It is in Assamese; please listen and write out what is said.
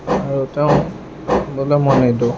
আৰু তেওঁ বোলে মই নিদিওঁ